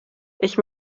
ich